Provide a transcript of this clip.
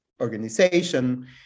organization